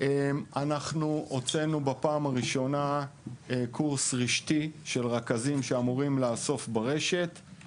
אנחנו הוצאנו בפעם הראשונה את הרכזים שאמורים לאסוף ברשת לקורס רשתי.